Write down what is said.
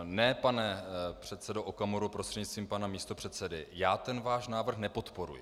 Ne, pane předsedo Okamuro prostřednictvím pana místopředsedy, já ten váš návrh nepodporuji.